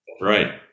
Right